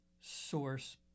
source